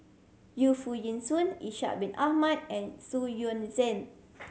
Yu Foo Yee Shoon Ishak Bin Ahmad and Xu Yuan Zhen